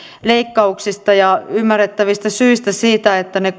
leikkauksista ja ymmärrettävistä syistä siitä että ne